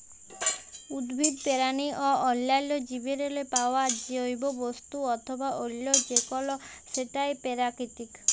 উদ্ভিদ, পেরানি অ অল্যাল্য জীবেরলে পাউয়া জৈব বস্তু অথবা অল্য যে কল সেটই পেরাকিতিক